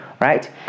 Right